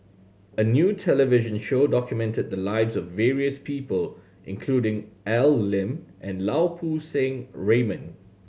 a new television show documented the lives of various people including Al Lim and Lau Poo Seng Raymond